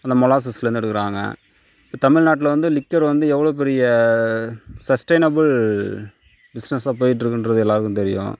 நம்ம மொலாசஸ்லேருந்து எடுக்கிறாங்க இப்போது தமிழ்நாட்டில் வந்து லிக்கர்ரு வந்து எவ்ளோ பெரிய சஸ்டெனபிள் பிஸ்னஸாக போய்ட்டு இருக்கின்றது எல்லோருக்கும் தெரியும்